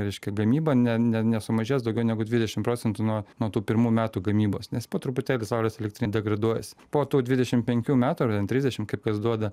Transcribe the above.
reiškia gamyba ne ne ne nesumažės daugiau negu dvidešim procentų nuo nuo tų pirmų metų gamybos nes po truputėlį saulės elektrinė degraduojasi po to dvidešim penkių metų ar ten trisdešim kaip kas duoda